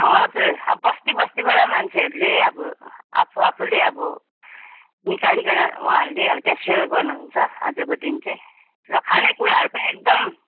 हजुर बस्ती बस्तीबाट मान्छेहरूले अब आफू आफूले अब निकालीकन उहाँहरूले अब त्यहाँ सेल गर्नुहुन्छ आजको दिन चाहिँ र खाने कुराहरू पनि एकदम